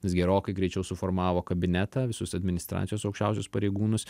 jis gerokai greičiau suformavo kabinetą visus administracijos aukščiausius pareigūnus